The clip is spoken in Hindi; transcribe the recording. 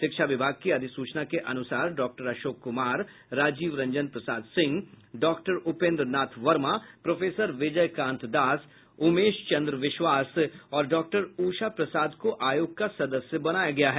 शिक्षा विभाग की अधिसूचना के अनुसार doctor Ashok Kumar Rajiv Ranjan Prasad Singh doctor Upendra Nath Verma professor Vijay Kant Das Umesh Chandra Biswas और डॉक्टर उषा प्रसाद को आयोग का सदस्य बनाया गया है